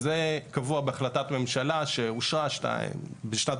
זה קבוע בהחלטת ממשלה שאושרה בשנת